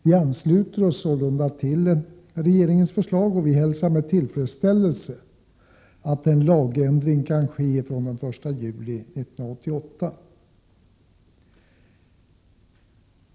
Vi ansluter oss sålunda till regeringens förslag och hälsar med tillfredsställelse att en lagändring kan ske från den 1 juli 1988.